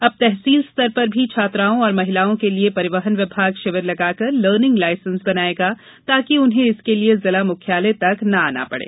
अब तहसील स्तर पर भी छात्राओं और महिलाओं के लिए परिवहन विभाग शिविर लगाकर लर्निंग लाइसेंस बनाएगा ताकि उन्हें इसके लिए जिला मुख्यालय तक नहीं आना पड़े